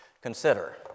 Consider